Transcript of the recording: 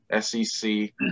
SEC